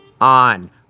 on